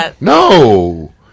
No